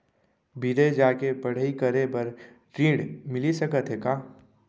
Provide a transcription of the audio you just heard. बिदेस जाके पढ़ई करे बर ऋण मिलिस सकत हे का?